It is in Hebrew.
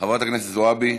חברת הכנסת זועבי.